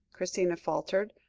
christina faltered.